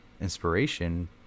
inspiration